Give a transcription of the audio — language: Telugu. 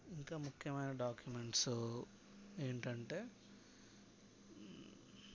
ఇంకా ముఖ్యమైన డాక్యుమెంట్స్ ఏంటంటే